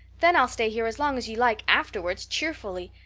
then i'll stay here as long as you like afterwards cheerfully.